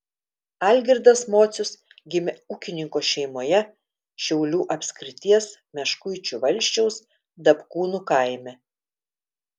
algirdas mocius gimė ūkininko šeimoje šiaulių apskrities meškuičių valsčiaus dapkūnų kaime